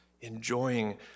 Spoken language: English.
Enjoying